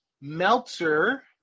Meltzer